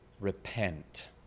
Repent